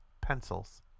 pencils